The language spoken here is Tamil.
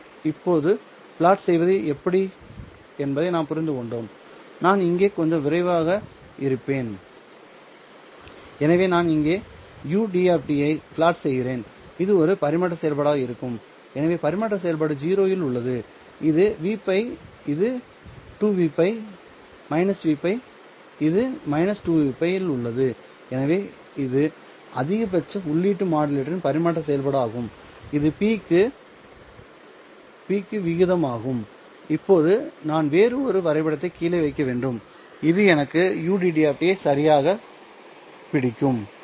எனவே இப்போது பிளாட் செய்வது எப்படி என்பதை நாம் புரிந்து கொண்டோம் நான் இங்கே கொஞ்சம் விரைவாக இருப்பேன் எனவே நான் இங்கே ud ஐ பிளாட் செய்கிறேன்இது ஒரு பரிமாற்ற செயல்பாடாக இருக்கும் எனவே பரிமாற்ற செயல்பாடு 0 இல் உள்ளது இது Vπ இது 2 Vπ Vπ இது 2 Vπ இல் உள்ளது எனவே இது அதிகபட்ச உள்ளீட்டு மாடுலேட்டரின் பரிமாற்ற செயல்பாடு ஆகும் இது p க்கு p க்கு விகிதம் ஆகும் இப்போது நான் வேறு ஒரு வரைபடத்தை கீழே வைக்க வேண்டும்இது எனக்கு ud ஐ சரியாகப் பிடிக்கும்